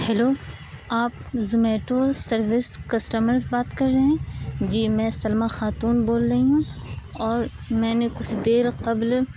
hello آپ Zomato service customer بات کر رہے ہیں جی میں سلمیٰ خاتون بول رہی ہوں اور میں نے کچھ دیر قبل